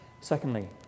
secondly